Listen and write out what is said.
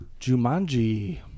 Jumanji